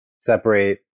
separate